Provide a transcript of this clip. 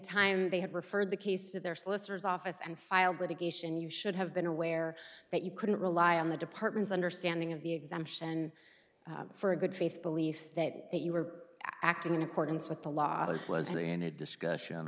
time they had referred the case of their solicitor's office and filed litigation you should have been aware that you couldn't rely on the department's understanding of the exemption for a good faith belief that you were acting in accordance with the law that was there in a discussion